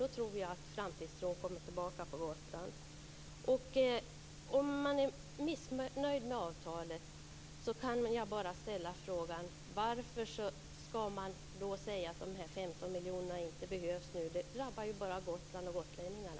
Då tror jag att framtidstron kommer tillbaka på Gotland. Om man är missnöjd med avtalet kan jag bara ställa frågan: Varför skall man då säga att de här 15 miljonerna inte behövs nu? Det drabbar ju bara Gotland och gotlänningarna.